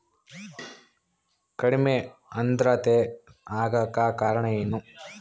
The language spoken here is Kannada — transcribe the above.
ಕಡಿಮೆ ಆಂದ್ರತೆ ಆಗಕ ಕಾರಣ ಏನು?